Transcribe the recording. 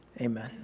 amen